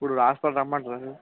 ఇప్పుడు హాస్పిటల్కి రమ్మంటారా మీరు